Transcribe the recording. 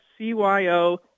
CYO